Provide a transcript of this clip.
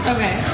Okay